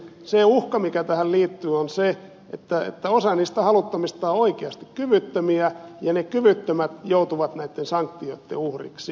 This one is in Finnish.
se uhka mikä tähän liittyy on se että osa niistä haluttomista on oikeasti kyvyttömiä ja ne kyvyttömät joutuvat näitten sanktioitten uhriksi